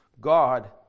God